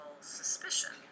suspicion